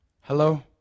Hello